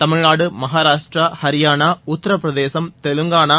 Tamil Nadu Maharashtra Haryana Uttar Pradesh Telangana